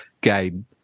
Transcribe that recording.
game